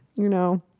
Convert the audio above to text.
you know,